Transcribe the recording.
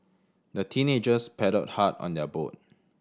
the teenagers paddled hard on their boat